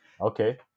Okay